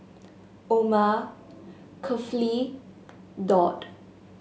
Omar Kefli Daud